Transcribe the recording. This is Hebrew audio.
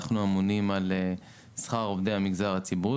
אנחנו אמונים על שכר עובדי המגזר הציבורי